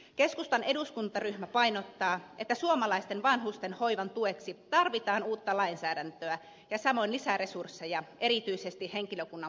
keskustan eduskuntaryhmä painottaa että suomalaisten vanhusten hoivan tueksi tarvitaan uutta lainsäädäntöä ja samoin lisäresursseja erityisesti henkilökunnan palkkaamiseen